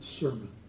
sermon